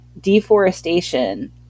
deforestation